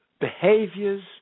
behaviors